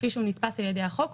כפי שנתפס על ידי החוק,